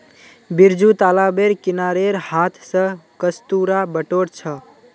बिरजू तालाबेर किनारेर हांथ स कस्तूरा बटोर छ